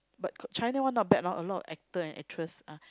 but China one not bad loh a lot actor and actress ah